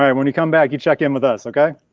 um when you come back, you check in with us, okay?